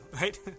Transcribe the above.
Right